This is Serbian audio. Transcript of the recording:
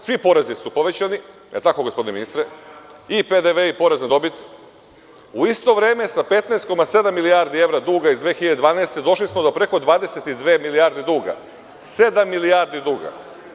Svi porezi su porezi su povećani, da li je tako gospodine ministre, i PDV i porez na dobit, u isto vreme sa 15,7 milijardi evra duga iz 2012. godine, došli smo do preko 22 milijarde duga, sedam milijardi duga.